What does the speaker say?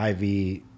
IV